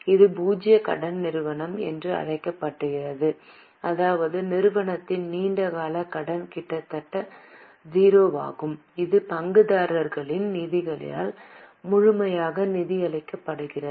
இது பூஜ்ஜிய கடன் நிறுவனம் என்று அழைக்கப்படுகிறது அதாவது நிறுவனத்தின் நீண்ட கால கடன் கிட்டத்தட்ட 0 ஆகும் இது பங்குதாரர்களின் நிதிகளால் முழுமையாக நிதியளிக்கப்படுகிறது